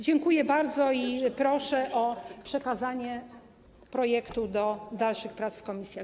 Dziękuję bardzo i proszę o przekazanie projektu do dalszych prac w komisjach.